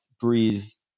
Breeze